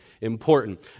important